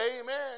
Amen